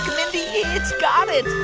mindy. it's got it.